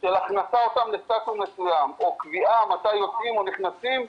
של הכנסתם לסטטוס מסוים או קביעה מתי יוצאים או נכנסים,